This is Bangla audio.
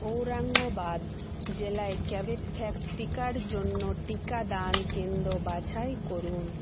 ঔরঙ্গাবাদ জেলায় কোভোভ্যাক্স টিকার জন্য টিকাদান কেন্দ্র বাছাই করুন